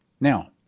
Now